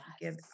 give